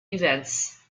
events